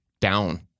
down